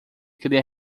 queria